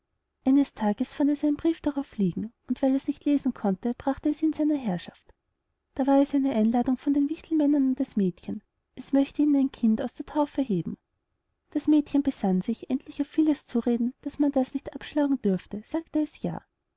eines morgens fand es einen brief darauf liegen und weil es nicht lesen konnte bracht es ihn seiner herrschaft da war es eine einladung von den wichtelmännern an das mädchen es möchte ihnen ein kind aus der taufe heben das mädchen besann sich endlich auf vieles zureden daß man das nicht abschlagen dürfe sagte es ja